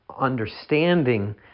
understanding